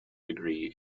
degree